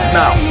now